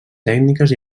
tècniques